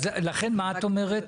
לכן, מה את אומרת?